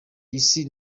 isi